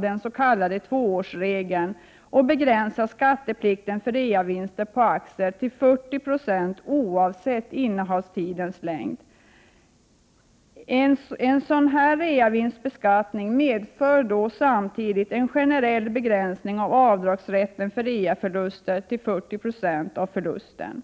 den s.k. tvåårsregeln avskaffas och skatteplikten för reavinster på aktier begränsas till 40 26 oavsett innehavstidens längd. En sådan reavinstbeskattning medför samtidigt en generell begränsning av avdragsrätten för reaförluster till 40 96 av förlusten.